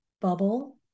bubble